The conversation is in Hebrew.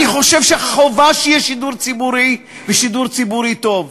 אני חושב שחובה שיהיה שידור ציבורי ושידור ציבורי טוב.